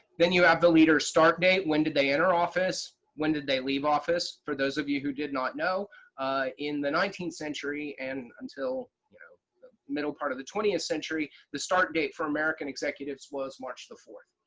then you have the leader start date. when did they enter office? when did they leave office? for those of you who did not know in the nineteenth century and until, you know, the middle part of the twentieth century, the start date for american executives was march the fourth.